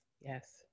Yes